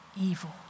evil